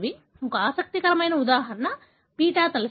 ఒక ఆసక్తికరమైన ఉదాహరణ బీటా తలసేమియా